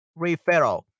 referral